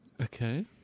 okay